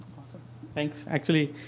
so thanks. actually,